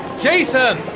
Jason